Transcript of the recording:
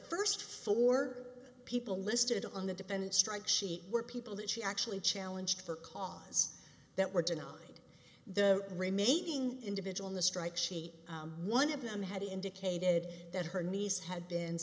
first four people listed on the defendant strike sheet were people that she actually challenge for cause that were denied the remaining individual in the strike she one of them had indicated that her niece had been